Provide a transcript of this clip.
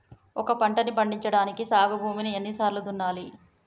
ఒక పంటని పండించడానికి సాగు భూమిని ఎన్ని సార్లు దున్నాలి?